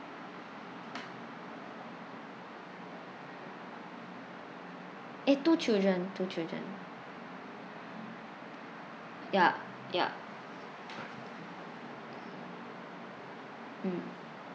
eh two children two children ya ya mm